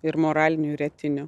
ir moralinių ir etinių